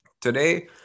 Today